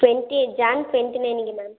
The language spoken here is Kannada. ಟ್ವೆಂಟಿ ಜಾನ್ ಟ್ವೆಂಟಿ ನೈನಿಗೆ ಮ್ಯಾಮ್